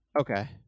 okay